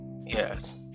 Yes